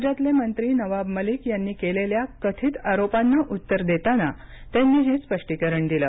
राज्यातले मंत्री नवाब मलिक यांनी केलेल्या कथित आरोपांना उत्तर देताना त्यांनी हे स्पष्टीकरण दिलं